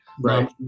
Right